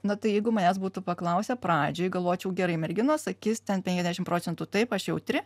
na tai jeigu manęs būtų paklausę pradžioj galvočiau gerai merginos sakys ten penkiasdešim procentų taip aš jautri